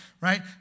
right